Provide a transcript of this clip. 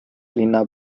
linna